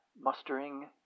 mustering